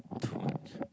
too much